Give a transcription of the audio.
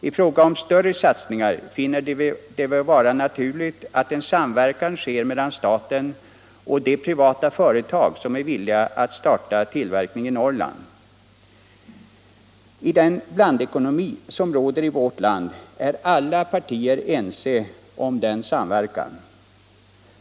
I fråga om större satsningar finner vi det vara naturligt att en samverkan sker mellan staten och de privata företag som är villiga att starta tillverkning i Norrland. I den blandekonomi som råder i vårt land är alla partier ense om denna samverkan.